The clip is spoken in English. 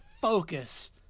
focus